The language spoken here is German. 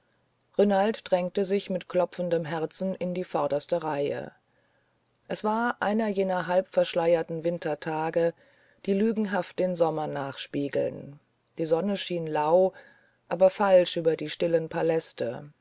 renald drängte sich mit klopfendem herzen in die vorderste reihe es war einer jener halbverschleierten wintertage die lügenhaft den sommer nachspiegeln die sonne schien lau aber falsch über die stillen paläste